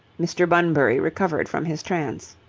mr. bunbury recovered from his trance.